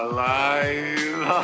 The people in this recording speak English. Alive